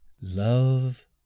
love